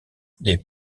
les